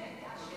בבקשה.